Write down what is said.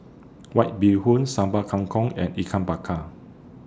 White Bee Hoon Sambal Kangkong and Ikan Bakar